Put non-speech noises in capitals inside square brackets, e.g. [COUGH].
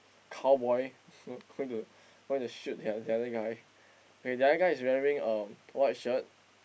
cowboy [BREATH] going to going to shoot the the other guy wait the other guy is wearing a white shirt